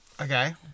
Okay